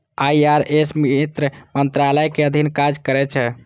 IRS वित्त मंत्रालय के अधीन काज करै छै